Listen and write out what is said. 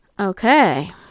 Okay